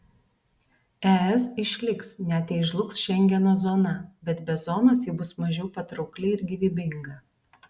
es išliks net jei žlugs šengeno zona bet be zonos ji bus mažiau patraukli ir gyvybinga